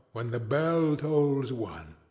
when the bell tolls one.